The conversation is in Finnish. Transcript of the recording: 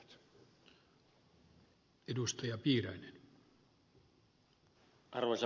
arvoisa puhemies